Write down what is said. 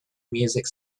music